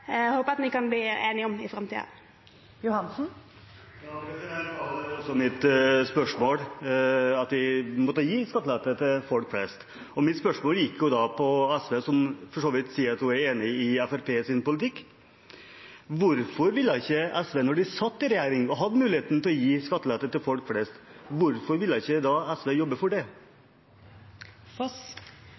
jeg vi kan bli enige om i framtiden. Det var også mitt spørsmål, at vi måtte gi skattelette til folk flest. Mitt spørsmål gikk på SV, og at representanten for så vidt sier seg enig i Fremskrittspartiets politikk. Da SV satt i regjering og hadde muligheten til å gi skattelette til folk flest, hvorfor ville ikke SV jobbe for det